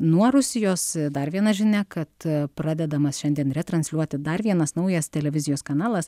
nuo rusijos dar viena žinia kad pradedamas šiandien retransliuoti dar vienas naujas televizijos kanalas